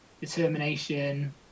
determination